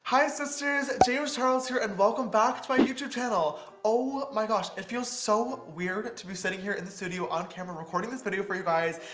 hi sisters, james charles here, and welcome back to my youtube channel. oh my gosh, it feels so weird to be sitting here in the studio on camera recording this video for you guys,